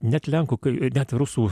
net lenkų ir net rusų